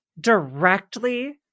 directly